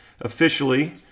officially